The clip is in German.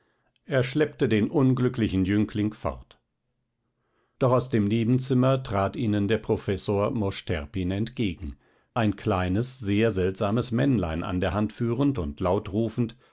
er schleppte den unglücklichen jüngling fort doch aus dem nebenzimmer trat ihnen der professor mosch terpin entgegen ein kleines sehr seltsames männlein an der hand führend und laut rufend